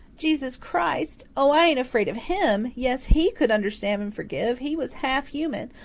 jesus christ? oh, i ain't afraid of him. yes, he could understand and forgive. he was half human.